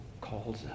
calls